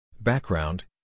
Background